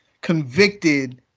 convicted